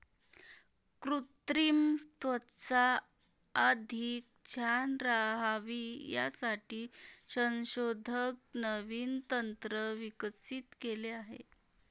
कृत्रिम त्वचा अधिक छान राहावी यासाठी संशोधक नवीन तंत्र विकसित केले आहे